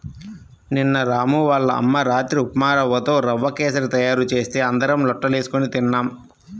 నిన్న రాము వాళ్ళ అమ్మ రాత్రి ఉప్మారవ్వతో రవ్వ కేశరి తయారు చేస్తే అందరం లొట్టలేస్కొని తిన్నాం